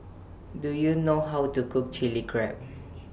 Do YOU know How to Cook Chili Crab